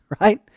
Right